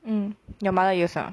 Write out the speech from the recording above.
mm your mother use ah